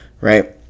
right